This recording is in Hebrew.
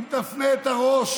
אם תפנה את הראש